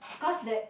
cause that